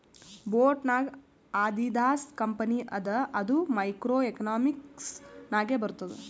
boat ನಾಗ್ Adidas company ಅದ ಅದು ಮೈಕ್ರೋ ಎಕನಾಮಿಕ್ಸ್ ನಾಗೆ ಬರ್ತುದ್